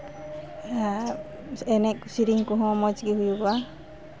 ᱮᱱᱮᱡ ᱥᱮᱨᱮᱧ ᱠᱚᱦᱚᱸ ᱢᱚᱡᱽ ᱜᱮ ᱦᱩᱭᱩᱜᱚᱜᱼᱟ